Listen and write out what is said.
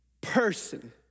person